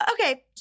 Okay